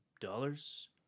dollars